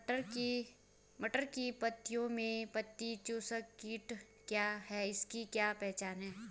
मटर की पत्तियों में पत्ती चूसक कीट क्या है इसकी क्या पहचान है?